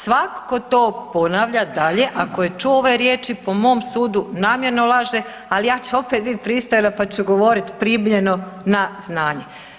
Svako ko to ponavlja dalje, ako je čuo ove riječi po mom sudu namjerno laže, ali ja ću opet biti pristojna pa ću govorit primljeno na znanje.